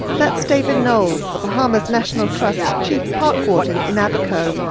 that's david knowles, the bahamas national trust chief park warden in abaco.